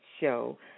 show